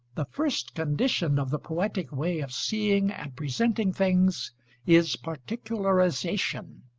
the first condition of the poetic way of seeing and presenting things is particularisation.